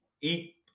eat